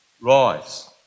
rise